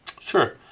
Sure